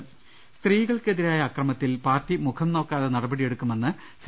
അർദ്ദമെട്ടിരി സ്ത്രീകൾക്കെതിരായ അക്രമത്തിൽ പാർട്ടി മുഖംനോക്കാതെ നടപടി യെടുക്കുമെന്ന് സി